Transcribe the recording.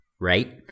right